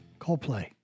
Coldplay